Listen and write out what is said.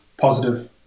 positive